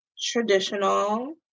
traditional